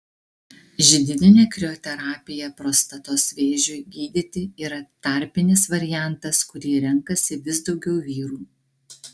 židininė krioterapija prostatos vėžiui gydyti yra tarpinis variantas kurį renkasi vis daugiau vyrų